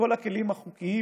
בכל הכלים החוקיים,